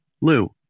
Lou